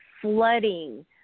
flooding